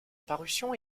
parution